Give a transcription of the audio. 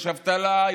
יש אבטלה,